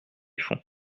fond